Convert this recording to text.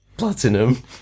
Platinum